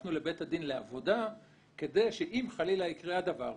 הלכנו לבית הדין לעבודה כדי שאם חלילה יקרה הדבר,